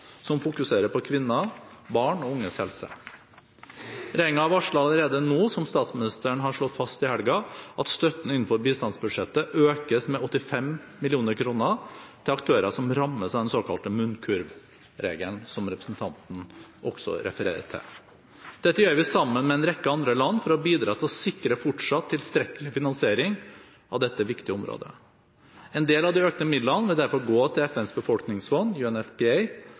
som fokuserer på kvinner, barn og unges helse. Regjeringen varsler allerede nå, som statsministeren har slått fast i helgen, at støtten innenfor bistandsbudsjettet økes med 85 mill. kr til aktører som rammes av den såkalte munnkurvregelen, som representanten også refererer til. Dette gjør vi sammen med en rekke andre land for å bidra til å sikre fortsatt tilstrekkelig finansiering av dette viktige området. En del av de økte midlene vil derfor gå til FNs befolkningsfonds, UNFPA,